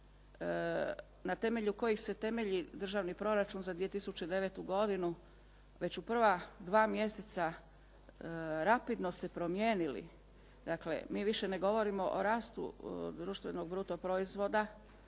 na temelju kojih se temelji državni proračun za 2009. godinu već u prva dva mjeseca rapidno se promijenili. Dakle, mi više ne govorimo o rastu društvenog bruto proizvoda